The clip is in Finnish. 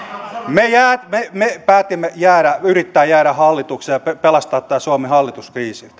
me päätimme yrittää jäädä hallitukseen ja pelastaa suomen